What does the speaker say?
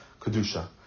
Kedusha